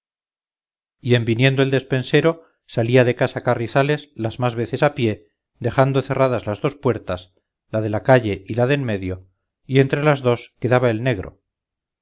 y en viniendo el despensero salía de casa carrizales las más veces a pie dejando cerradas las dos puertas la de la calle y la de en medio y entre las dos quedaba el negro